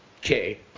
Okay